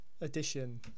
edition